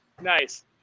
Nice